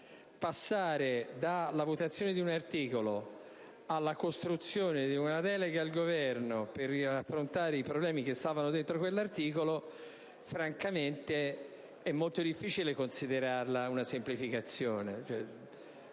passare dalla votazione di un articolo alla costruzione di una delega al Governo per affrontare i problemi che venivano affrontati in quell'articolo, francamente, è molto difficile considerarla una semplificazione.